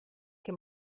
que